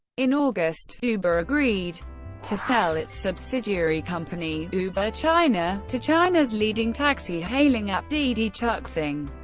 in august, uber agreed to sell its subsidiary company, uber china, to china's leading taxi-hailing app didi chuxing.